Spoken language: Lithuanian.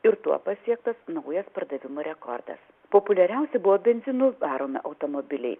ir tuo pasiektas naujas pardavimų rekordas populiariausi buvo benzinu varomi automobiliai